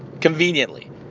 Conveniently